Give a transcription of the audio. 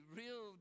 real